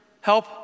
Help